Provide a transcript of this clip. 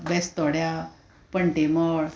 बेस्तोड्या पटेमळ